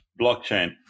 Blockchain